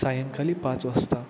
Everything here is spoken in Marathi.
सायंकाली पाच वाजता